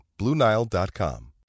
BlueNile.com